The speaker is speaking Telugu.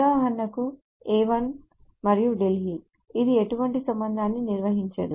ఉదాహరణకు A 1 మరియు ఢిల్లీ ఇది ఎటువంటి సంబంధాన్ని నిర్వచించదు